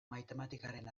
matematikaren